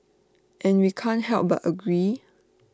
and we can't help but agree